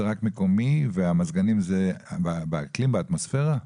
זה רק מקומי והמזגנים זה באקלים ובאטמוספירה?